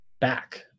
back